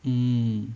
mm